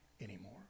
anymore